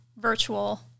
virtual